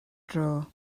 dro